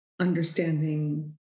understanding